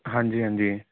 ਹਾਂਜੀ ਹਾਂਜੀ